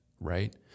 right